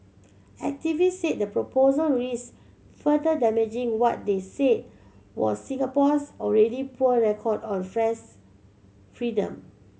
activist said the proposal risked further damaging what they said was Singapore's already poor record on freedom